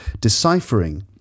deciphering